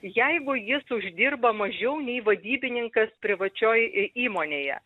jeigu jis uždirba mažiau nei vadybininkas privačioj įmonėje